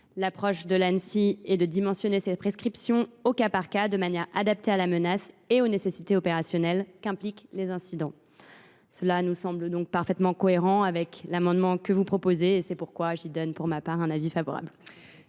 L’approche de l’Anssi consiste à dimensionner ces prescriptions au cas par cas, de manière adaptée à la menace et aux nécessités opérationnelles qu’impliquent les incidents. Cela nous semble donc parfaitement cohérent avec l’amendement que vous proposez. C’est pourquoi j’émets, pour ma part, un avis favorable.